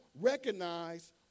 recognize